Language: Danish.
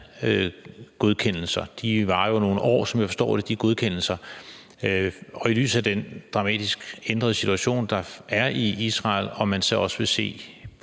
godkendelser varer jo, som jeg forstår det, nogle år – og om man i lyset af den dramatisk ændrede situation, der er i Israel, så også vil se på